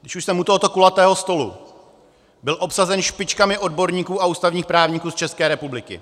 Když už jsem u tohoto kulatého stolu, byl obsazen špičkami odborníků a ústavních právníků z České republiky.